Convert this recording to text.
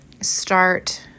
start